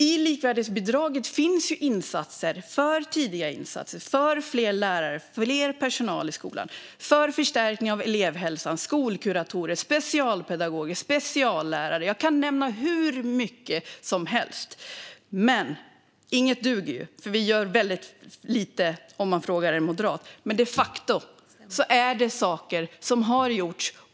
I likvärdighetsbidraget finns resurser för tidiga insatser, fler lärare, mer personal i skolan och förstärkning av elevhälsan, skolkuratorer, specialpedagoger och speciallärare - jag kan nämna hur mycket som helst. Inget av det duger ändå. Om man frågar en moderat gör vi väldigt lite. Men de facto är det saker som har gjorts.